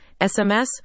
SMS